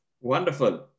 Wonderful